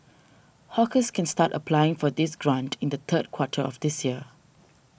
hawkers can start applying for this grant in the third quarter of this year